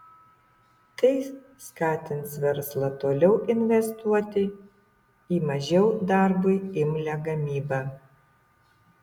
tai skatins verslą toliau investuoti į mažiau darbui imlią gamybą